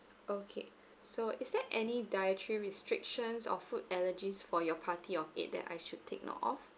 okay so is there any dietary restrictions or food allergies for your party of eight that I should take note of